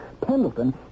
Pendleton